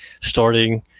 starting